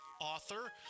author